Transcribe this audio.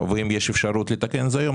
אם יש אפשרות לתקן את זה היום,